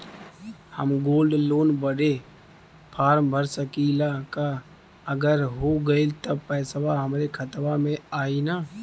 हम gold loan बड़े form भर सकी ला का अगर हो गैल त पेसवा हमरे खतवा में आई ना?